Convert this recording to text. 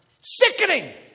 sickening